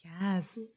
Yes